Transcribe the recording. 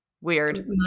Weird